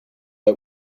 bei